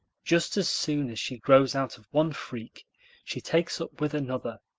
just as soon as she grows out of one freak she takes up with another.